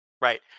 Right